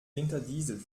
winterdiesel